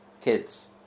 kids